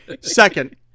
Second